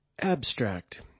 Abstract